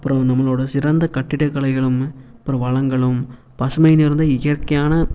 அப்புறோம் நம்மளோட சிறந்த கட்டிட கலைகளும் அப்புறோம் வளங்களும் பசுமை நிறைந்த இயற்கையான